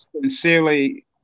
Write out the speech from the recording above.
sincerely